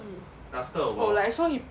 mm oh like so he